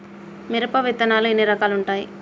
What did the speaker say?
మిరప విత్తనాలు ఎన్ని రకాలు ఉంటాయి?